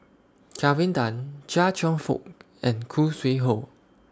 Kelvin Tan Chia Cheong Fook and Khoo Sui Hoe